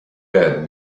bed